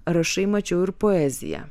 rašai mačiau ir poeziją